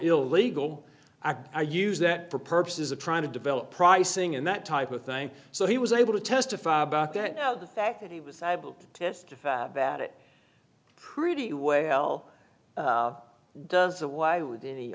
illegal act or use that for purposes of trying to develop pricing and that type of thing so he was able to testify about that the fact that he was able to testify about it pretty way l does away with any